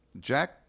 Jack